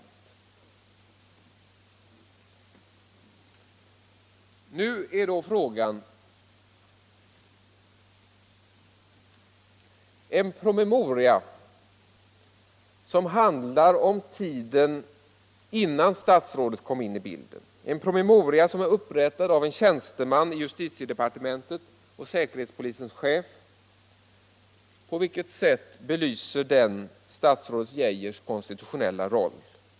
En promemoria som handlar om tiden innan statsrådet kom in i bilden, en promemoria som är upprättad av en tjänsteman i justitiedepartementet och säkerhetspolisens chef, på vilket sätt belyser den statsrådet Geijers konstitutionella roll?